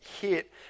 hit